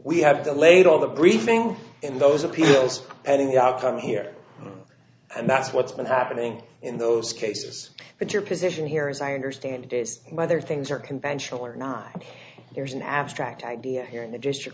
we have delayed all the briefing in those appeals and in the outcome here and that's what's been happening in those cases but your position here as i understand it is whether things are conventional or not ok here's an abstract idea here in the district